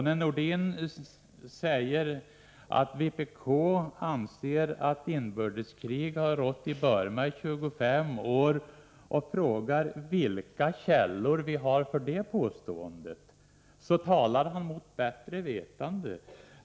När Nordin säger att vpk anser att inbördeskrig har rått i Burma i 25 år och frågar vilka grunder vi har för detta påstående, talar han mot bättre vetande.